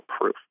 proof